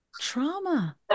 trauma